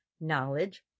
knowledge